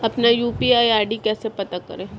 अपना UPI ID कैसे पता करें?